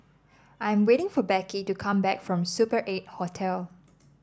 I am waiting for Beckie to come back from Super Eight Hotel